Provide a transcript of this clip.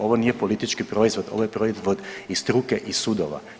Ovo nije politički proizvod, ovo je proizvod i struke i sudova.